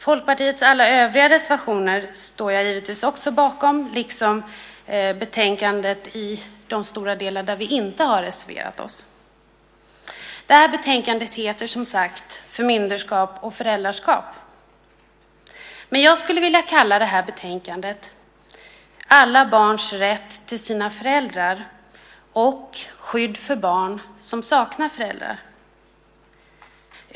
Folkpartiets alla övriga reservationer står jag givetvis också bakom, liksom betänkandet i de stora delar där vi inte har reserverat oss. Det här betänkandet heter som sagt Förmynderskap och föräldraskap . Men jag skulle vilja kalla det här betänkandet "Alla barns rätt till sina föräldrar och skydd för barn som saknar föräldrar".